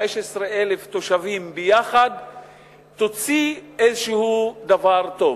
15,000 תושבים ביחד יוציא איזה דבר טוב.